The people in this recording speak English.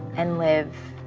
and live,